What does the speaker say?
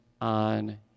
on